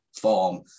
form